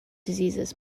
diseases